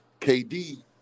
KD